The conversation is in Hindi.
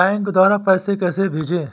बैंक द्वारा पैसे कैसे भेजें?